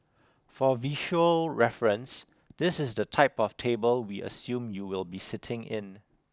for visual reference this is the type of table we assume you will be sitting in